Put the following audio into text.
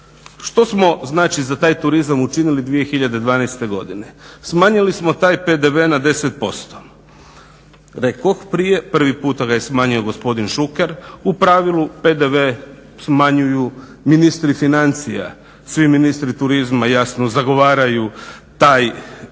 što smo znači za taj turizam učinili 2012. godine? Smanjili smo taj PDV na 10%. Rekoh prije, prvi puta ga je smanjio gospodin Šuker. U pravilu PDV smanjuju ministri financija, svi ministri turizma jasno zagovaraju taj